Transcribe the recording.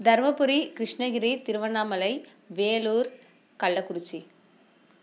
Dharmapuri Krishnagiri Tiruvannamalai Vellore Kallakurichi